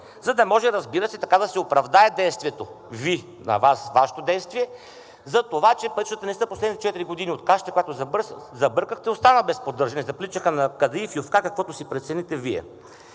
за да може, разбира се, така да се оправдае действието Ви, на Вас, Вашето действие, за това, че пътищата наистина в последните четири години от кашата, която забъркахте, остават без поддържане. Заприличаха на кадаиф, юфка, каквото си прецените Вие.